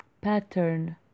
pattern